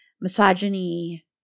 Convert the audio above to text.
misogyny